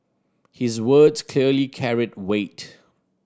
his words clearly carried weight